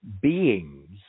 beings